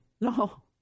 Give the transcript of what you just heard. No